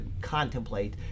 contemplate